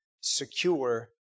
secure